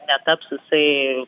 netaps jisai